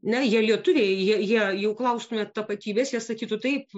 ne jie lietuviai jie jau klaustumėt tapatybės jie sakytų taip